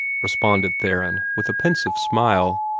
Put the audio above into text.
responded theron, with a pensive smile.